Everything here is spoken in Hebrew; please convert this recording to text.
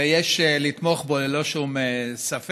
ויש לתמוך בו ללא שום ספק,